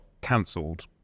cancelled